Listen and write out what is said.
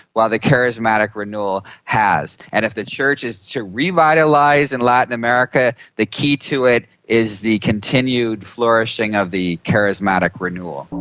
while the charismatic renewal has. and if the church is to revitalise in latin america, the key to it is the continued flourishing of the charismatic renewal.